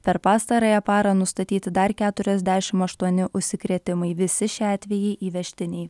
per pastarąją parą nustatyti dar keturiasdešimt aštuoni užsikrėtimai visi šie atvejai įvežtiniai